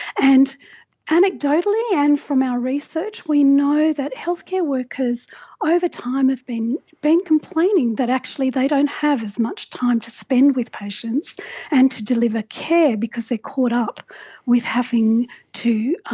and anecdotally and from our research we know that healthcare workers over time have been been complaining that actually they don't have as much time to spend with patients and to deliver care because they are caught up with having to